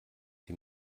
die